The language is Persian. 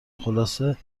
خلاصه